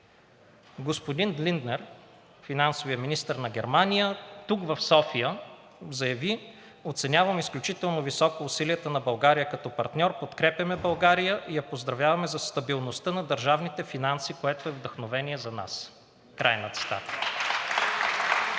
Господин Линднер, финансовият министър на Германия, тук, в София, заяви: „Оценявам изключително високо усилията на България като партньор. Подкрепяме България и я поздравяваме за стабилността на държавните финанси, което е вдъхновение за нас.“ Край на цитата.